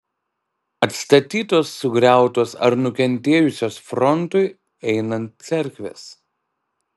atstatytos sugriautos ar nukentėjusios frontui einant cerkvės